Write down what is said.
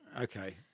Okay